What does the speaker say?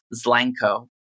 Zlanko